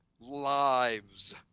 lives